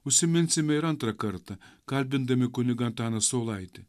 užsiminsime ir antrą kartą kalbindami kunigą antaną saulaitį